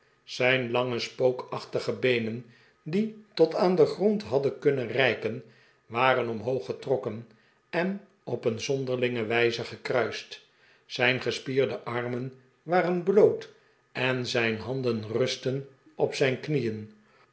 zijn lange spookachtige beenen r die tot aan den grond hadden kunnen reiken waren omhoog getrokken en op een zonderlinge wijz'e gekruist zijn gespierde armen waren bloot en zijn handen rustten op zijn knieen